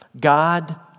God